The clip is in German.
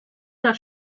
der